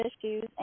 issues